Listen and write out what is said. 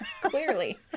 clearly